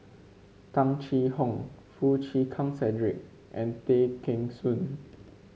Tung Chye Hong Foo Chee Keng Cedric and Tay Kheng Soon